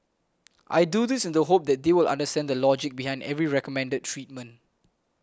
I do this in the hope that they will understand the logic behind every recommended treatment